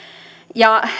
ja